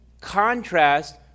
contrast